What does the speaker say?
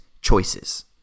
choices